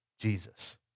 Jesus